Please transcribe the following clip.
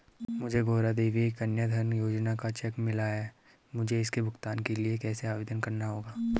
मुझे गौरा देवी कन्या धन योजना का चेक मिला है मुझे इसके भुगतान के लिए कैसे आवेदन करना होगा?